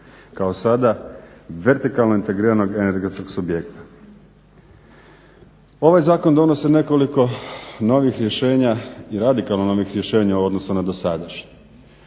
kao sada vertikalno integriranog subjekta. Ovaj zakon donose nekoliko novih rješenja i radikalno novih rješenja u odnosu na dosadašnji.